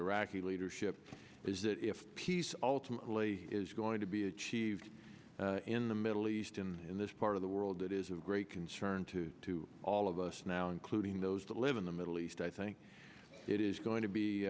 iraqi leadership is that if peace ultimately is going to be achieved in the middle east and in this part of the world it is of great concern to all of us now including those that live in the middle east i think it is going to be